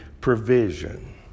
provision